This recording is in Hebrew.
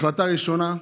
החלטה ראשונה,